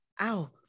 ow